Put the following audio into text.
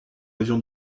avion